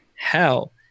hell